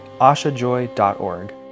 ashajoy.org